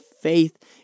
faith